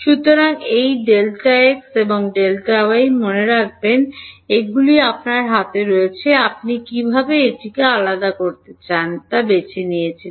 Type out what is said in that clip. সুতরাং এবং এই Δx এবং Δyমনে রাখবেন যে এগুলি আপনার হাতে রয়েছে আপনি কীভাবে এটিটিকে আলাদা করতে চান তা বেছে নিয়েছিলেন